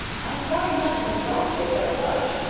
i am sorry not to have brought you a better lunch,